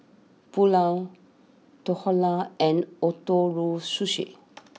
Pulao Dhokla and Ootoro Sushi